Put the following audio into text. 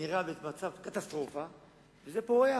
זו נראית במצב קטסטרופה וזו פורחת.